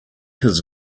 his